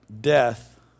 death